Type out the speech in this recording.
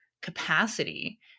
capacity